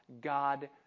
God